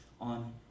on